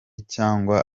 cyangwa